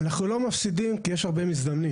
אנחנו לא מפסידים כי יש הרבה מזדמנים.